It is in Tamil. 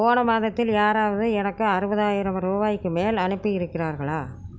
போன மாதத்தில் யாராவது எனக்கு அறுபதாயிரம் ரூபாய்க்கு மேல் அனுப்பி இருக்கிறார்களா